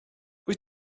wyt